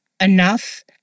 enough